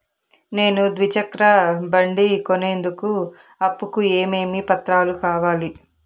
నేను ద్విచక్ర బండి కొనేందుకు అప్పు కు ఏమేమి పత్రాలు కావాలి?